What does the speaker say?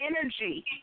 energy